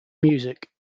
music